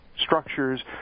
structures